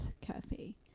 Cafe